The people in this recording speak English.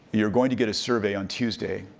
you're going to get a survey on tuesday,